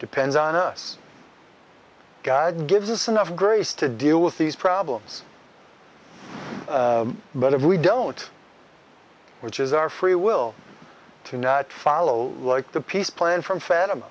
depends on us god gives us enough grace to deal with these problems but if we don't which is our free will to not follow like the peace plan from fat